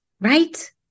Right